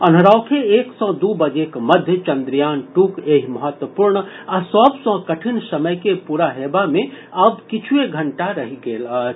अनहरौखे एक सॅ दू बजेक मध्य चंद्रयान टूक एहि महत्वपूर्ण आ सभ सॅ कठिन समय के पूरा हेबा मे आब किछुए घंटा रहि गेल अछि